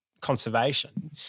conservation